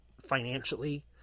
financially